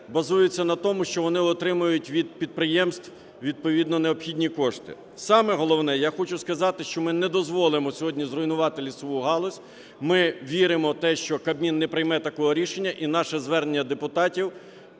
базуються на тому, що вони отримують від підприємств відповідно необхідні кошти. Саме головне, я хочу сказати, що ми не дозволимо сьогодні зруйнувати лісову галузь. Ми віримо в те, що Кабмін не прийме такого рішення. І наше звернення, депутатів,